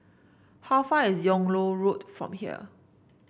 how far is Yung Loh Road from here